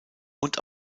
und